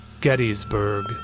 Gettysburg